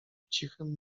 cichym